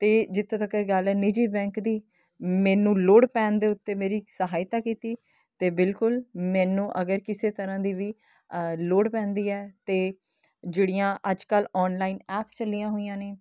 ਅਤੇ ਜਿੱਥੇ ਤੱਕਰ ਇਹ ਗੱਲ ਨਿੱਜੀ ਬੈਂਕ ਦੀ ਮੈਨੂੰ ਲੋੜ ਪੈਣ ਦੇ ਉੱਤੇ ਮੇਰੀ ਸਹਾਇਤਾ ਕੀਤੀ ਅਤੇ ਬਿਲਕੁਲ ਮੈਨੂੰ ਅਗਰ ਕਿਸੇ ਤਰ੍ਹਾਂ ਦੀ ਵੀ ਲੋੜ ਪੈਂਦੀ ਐ ਤਾਂ ਜਿਹੜੀਆਂ ਅੱਜ ਕੱਲ੍ਹ ਆਨਲਾਈਨ ਐਪਸ ਚਲੀਆਂ ਹੋਈਆਂ ਨੇ